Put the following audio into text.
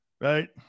right